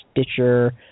Stitcher